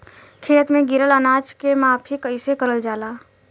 खेत में गिरल अनाज के माफ़ी कईसे करल जाला?